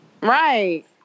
right